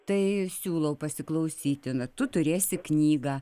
tai siūlau pasiklausyti na tu turėsi knygą